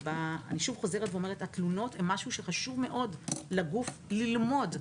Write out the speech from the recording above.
שוב, התלונות הן משהו שחשוב מאוד שהגוף ילמד.